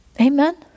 Amen